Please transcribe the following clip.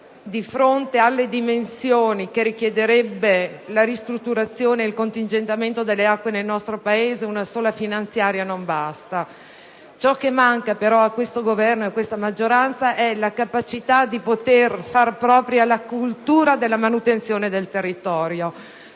a fronte delle dimensioni di una eventuale ristrutturazione e contingentamento delle acque nel nostro Paese una sola legge finanziaria non basta. Ciò che manca, però, a questo Governo e a questa maggioranza è la capacità di fare propria la cultura della manutenzione del territorio.